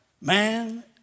Man